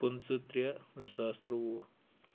پٕنٛژٕہ ترٛےٚ زٕ ساس تٕرٛووُہ